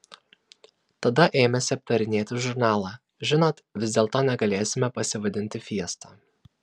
tada ėmėsi aptarinėti žurnalą žinot vis dėlto negalėsime pasivadinti fiesta